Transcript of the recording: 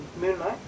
Moonlight